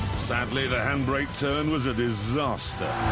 sadly, the handbrake turn was a disaster.